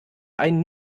ein